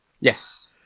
Yes